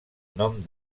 nom